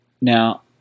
Now